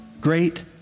great